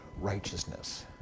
righteousness